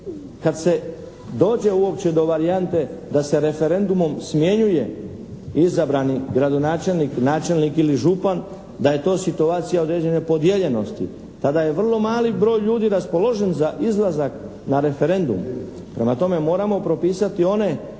kad se dođe uopće do varijante da se referendumom smjenjuje izabrani gradonačelnik, načelnik ili župan da je to situacije određene podijeljenosti. Tada je vrlo mali broj ljudi raspoložen za izlazak na referendum. Prema tome, moramo propisati one